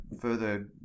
further